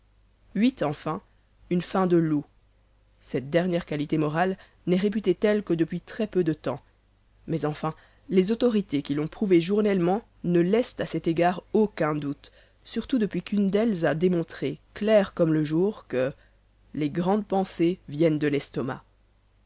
enfin une faim de loup cette dernière qualité morale n'est réputée telle que depuis très-peu de temps mais enfin les autorités qui l'ont prouvée journellement ne laissent à cet égard aucun doute surtout depuis qu'une d'elles a démontré clair comme le jour que les grandes pensées viennent de l'estomac